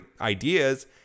ideas